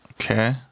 Okay